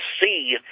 see